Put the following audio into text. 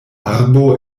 arbo